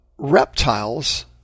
Reptiles